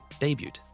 debuted